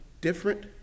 different